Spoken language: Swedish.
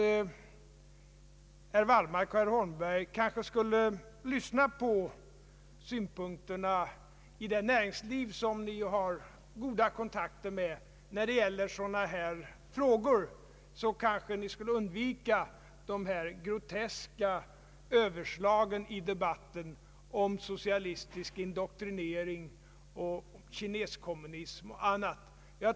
Herr Wallmark och herr Holmberg borde lyssna till synpunkterna från det näringsliv som ni ju har goda kontakter med när det gäller sådana här frågor, så kanske ni skulle undvika sådana groteska överslag som talet om socialistisk indoktrinering, kineskommunism och annat.